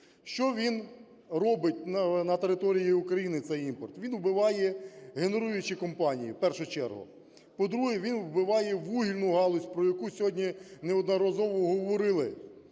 Що він робить на території України, цей імпорт? Він убиває генеруючі компанії в першу чергу. По-друге, він вбиває вугільну галузь, про яку сьогодні неодноразово говорили.